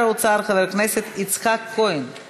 עברה בקריאה ראשונה ועוברת לוועדת החוקה, חוק